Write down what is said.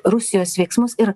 rusijos veiksmus ir